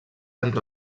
entre